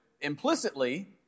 implicitly